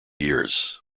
years